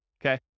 okay